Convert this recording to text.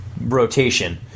rotation